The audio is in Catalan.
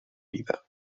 vida